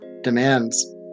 demands